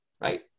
Right